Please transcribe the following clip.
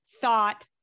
thought